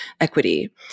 equity